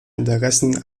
interessen